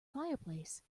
fireplace